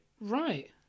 Right